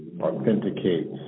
authenticates